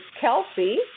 Kelsey